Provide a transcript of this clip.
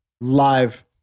live